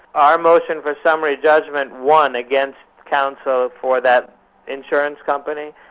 our motion for summary judgment won against counsel for that insurance company.